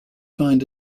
find